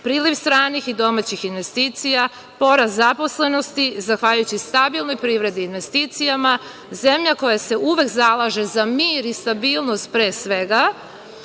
priliv stranih i domaćih investicija, porast zaposlenosti, zahvaljujući stabilnoj privredi i investicijama, zemlja koja se uvek zalaže za mir i stabilnost, pre svega